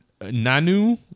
Nanu